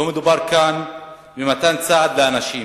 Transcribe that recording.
לא מדובר כאן במתן סעד לאנשים.